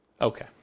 Okay